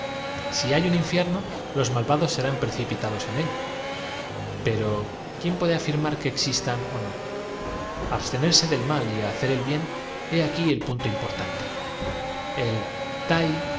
si hay un infierno los malvados serán precipitados doctrina de lao tsé empezaron á librarse á extrañas en él pero quién puede afirmar que existan ó no especulaciones y pretendieron haber descubierto el abstenerse del mal y hacer bien he aquí el punto